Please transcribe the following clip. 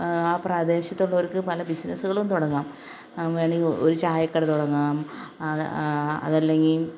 ആ പ്രദേശത്തുള്ളവർക്ക് പല ബിസിനസുകളും തുടങ്ങാം വേണമെങ്കിൽ ഒരു ചായക്കട തുടങ്ങാം അ അതല്ലെങ്കിൽ